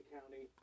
County